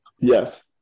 Yes